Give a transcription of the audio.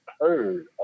heard